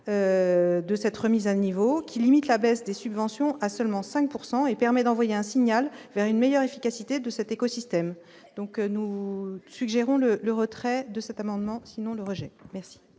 de cette remise à niveau qui limite la baisse des subventions à seulement 5 pourcent et permet d'envoyer un signal vers une meilleure efficacité de cet écosystème donc nous suggérons le le retrait de cet amendement, sinon le rejet merci.